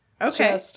Okay